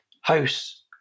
house